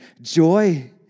joy